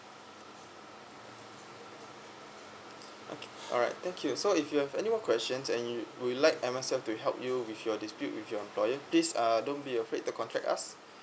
okay alright thank you so if you have any more questions and you would like M_S_F to help you with your dispute with your employer please uh don't be afraid to contact us